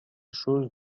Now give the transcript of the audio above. chose